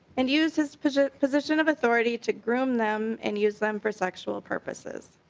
and used his position position of authority to groom them and use them for sexual purposes.